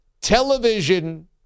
television